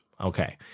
Okay